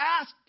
ask